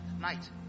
night